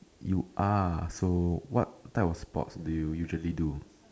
you are so what type of sports do you usually do